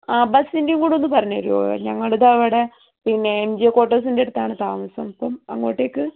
ആഹ് ബസ്സിന്റേയുംകൂടി ഒന്ന് പറഞ്ഞു തരുമോ ഞങ്ങൾ ഇതാ ഇവിടെ പിന്നെ എൻ ജി ഒ ക്വോട്ടേഴ്സിൻ്റെ അടുത്താണ് താമസം അപ്പം അങ്ങോട്ടേക്ക്